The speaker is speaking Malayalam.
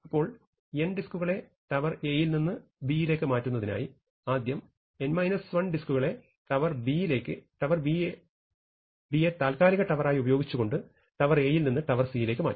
അപ്പോൾ n ഡിസ്കുകളെ ടവർ A യിൽ നിന്ന് ടവർ B യിലേക്ക് മാറ്റുന്നതിനായി നമ്മൾ ആദ്യം ഡിസ്കുകളെ ടവർ Bയെ താത്ക്കാലിക ടവരായി ഉപയോഗിച്ചുകൊണ്ട് ടവർ A യിൽ നിന്ന് ടവർ C യിലേക്ക് മാറ്റും